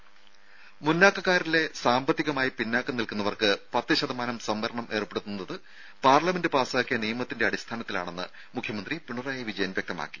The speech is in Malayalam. രംഭ മുന്നാക്കക്കാരിലെ സാമ്പത്തികമായി പിന്നാക്കം നിൽക്കുന്നവർക്ക് പത്ത് ശതമാനം സംവരണം ഏർപ്പെടുത്തുന്നത് പാർലമെന്റ് പാസാക്കിയ നിയമത്തിന്റെ അടിസ്ഥാനത്തിലാണെന്ന് മുഖ്യമന്ത്രി പിണറായി വിജയൻ വ്യക്തമാക്കി